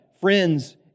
friends